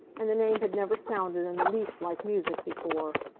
and the name had never sounded in the least like music before,